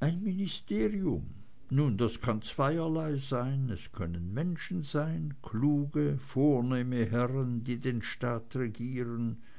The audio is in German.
ein ministerium nun das kann zweierlei sein es können menschen sein kluge vornehme herren die den staat regieren